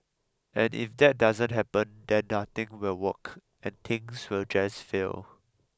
and if that doesn't happen then nothing will work and things will just fail